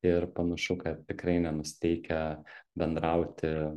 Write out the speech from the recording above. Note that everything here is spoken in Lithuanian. ir panašu kad tikrai nenusiteikę bendrauti